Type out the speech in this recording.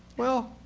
well,